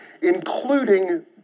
including